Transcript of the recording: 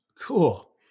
Cool